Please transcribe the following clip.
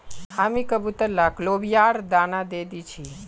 हामी कबूतर लाक लोबियार दाना दे दी छि